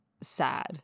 Sad